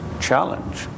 challenge